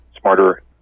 smarter